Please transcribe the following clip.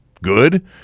good